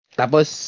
tapos